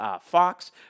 Fox